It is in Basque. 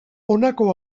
honako